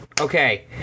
okay